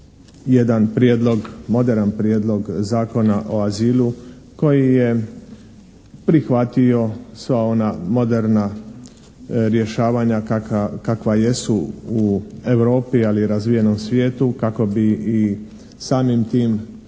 jedan prijedlog, moderan Prijedlog zakona o azilu koji je prihvatio sva ona moderna rješavanja kakva jesu u Europi ali i razvijenom svijetu kako bi i samim tim